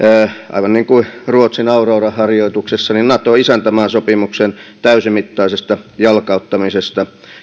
aivan niin kuin ruotsin aurora harjoituksessa nato isäntämaasopimuksen täysimittaisesta jalkauttamisesta